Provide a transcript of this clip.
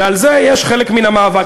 ועל זה חלק מן המאבק.